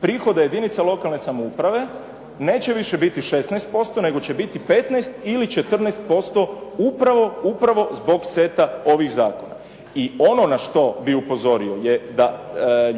prihoda jedinica lokalne samouprave neće više biti 16% nego će biti 15 ili 14% upravo zbog seta ovih zakona. I ono na što bih upozorio je da